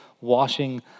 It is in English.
washing